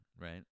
right